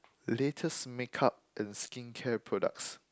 latest makeup and skincare products